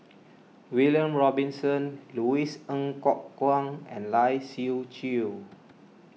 William Robinson Louis Ng Kok Kwang and Lai Siu Chiu